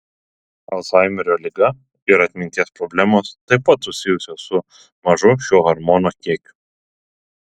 alzheimerio liga ir atminties problemos taip pat susijusios su mažu šio hormono kiekiu